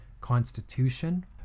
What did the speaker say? constitution